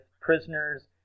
prisoners